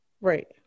Right